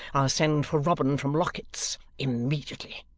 i'll send for robin from locket's immediately.